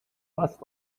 bus